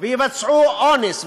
יבצעו אונס,